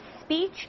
speech